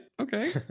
Okay